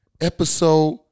Episode